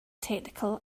technical